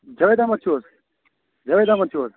جاوید احمد چھُو حظ جاوید احمد چھُو حظ